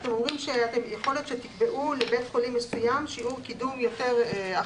אתם אומרים שיכול להיות שתקבעו לבית חולים מסוים שילוב קידום אחר.